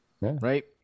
right